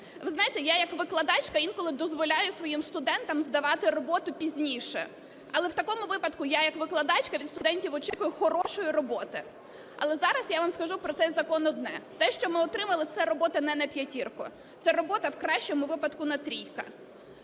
Ви знаєте, я як викладачка інколи дозволяю своїм студентам здавати роботу пізніше, але в такому випадку я як викладачка від студентів очікую хорошої роботи. Але зараз я вам скажу про цей закон одне: те, що ми отримали, це робота не на п'ятірку, це робота, в кращому випадку, на трійку.